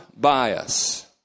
bias